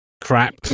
Crap